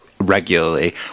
regularly